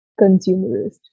consumerist